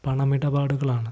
പണമിടപാടുകളാണ്